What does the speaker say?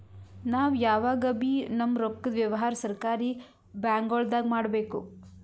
ನಾವ್ ಯಾವಗಬೀ ನಮ್ಮ್ ರೊಕ್ಕದ್ ವ್ಯವಹಾರ್ ಸರಕಾರಿ ಬ್ಯಾಂಕ್ಗೊಳ್ದಾಗೆ ಮಾಡಬೇಕು